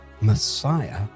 Messiah